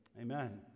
amen